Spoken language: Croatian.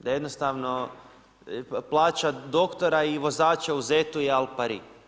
Da jednostavno plaća doktora i vozača u ZET-u je al pari.